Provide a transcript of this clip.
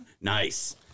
nice